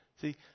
See